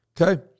Okay